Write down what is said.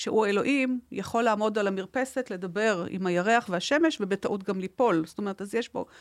שהוא האלוהים יכול לעמוד על המרפסת, לדבר עם הירח והשמש ובטעות גם ליפול, זאת אומרת אז יש פה...